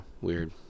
weird